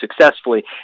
successfully